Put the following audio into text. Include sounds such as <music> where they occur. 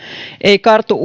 ei kartu <unintelligible>